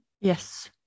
Yes